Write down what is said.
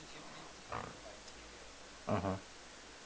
mmhmm